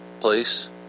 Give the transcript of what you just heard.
place